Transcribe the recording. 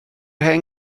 hen